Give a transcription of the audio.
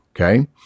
okay